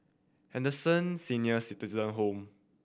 Henderson Senior Citizen Home